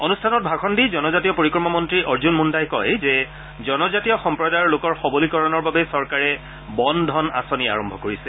অনুষ্ঠানত ভাষণ দি জনজাতীয় পৰিক্ৰমা মন্ত্ৰী অৰ্জুন মুণ্ডাই কয় যে জনজাতীয় সম্প্ৰদায়ৰ লোকৰ সবলীকৰণৰ বাবে চৰকাৰে বন ধন আঁচনি আৰম্ভ কৰিছে